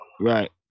right